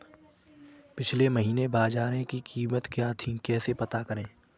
पिछले महीने बाजरे की कीमत क्या थी कैसे पता करें?